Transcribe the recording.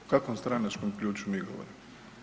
O kakvom stranačkom ključu mi govorimo?